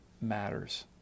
matters